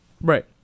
right